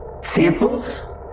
Samples